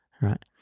right